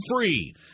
free